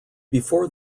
before